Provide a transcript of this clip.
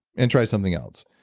and try something else,